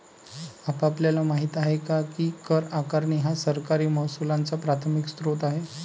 आपल्याला माहित आहे काय की कर आकारणी हा सरकारी महसुलाचा प्राथमिक स्त्रोत आहे